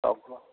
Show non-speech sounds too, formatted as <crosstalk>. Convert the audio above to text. <unintelligible>